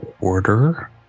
order